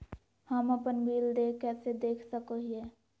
हम अपन बिल देय कैसे देख सको हियै?